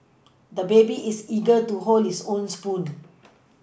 the baby is eager to hold his own spoon